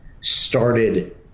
started